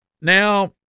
Now